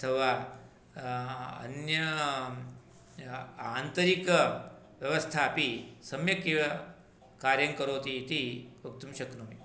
अथवा अन्य आन्तरिकव्यवस्था अपि सम्यक् एव कार्यं करोति इति वक्तुं शक्नोमि